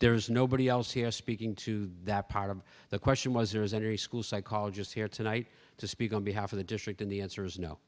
there is nobody else here speaking to that part of the question was there is every school psychologist here tonight to speak on behalf of the district and the answer is no